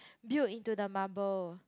built into the marble